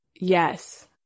Yes